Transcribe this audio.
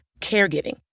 caregiving